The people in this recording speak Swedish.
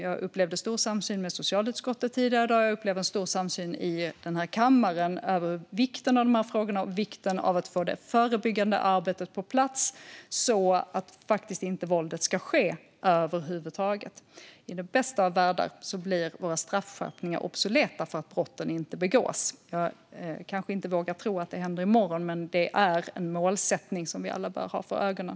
Jag upplevde stor samsyn med socialutskottet tidigare i dag, och jag upplever en stor samsyn i kammaren kring vikten av dessa frågor och vikten av att få det förebyggande arbetet på plats så att våldet inte ska ske över huvud taget. I den bästa av världar blir våra straffskärpningar obsoleta för att brotten inte begås. Jag vågar inte tro att det händer i morgon, men det är ett mål som vi alla bör ha för ögonen.